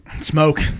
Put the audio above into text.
Smoke